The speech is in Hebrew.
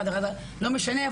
לא משנה.